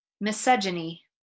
misogyny